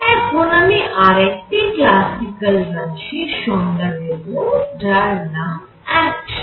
এখন আমি আরেকটি ক্লাসিক্যাল রাশির সংজ্ঞা দেব যার নাম অ্যাকশান